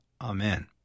Amen